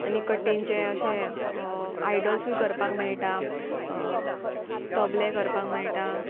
आनी कट्टेंचें अशें आयडल्सूय करपाक मेळटा तबलें करपाक मेळटा